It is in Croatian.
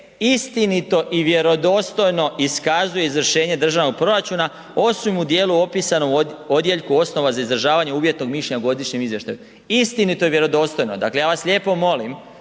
istinito i vjerodostojno iskazuje izvršenje državnog proračuna osim u dijelu opisano u odjeljku osnova za izražavanje uvjetnog mišljenja o godišnjem izvještaju. Istinito i vjerodostojno, dakle ja vas lijepo molim